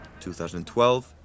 2012